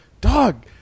dog